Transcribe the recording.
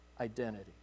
identity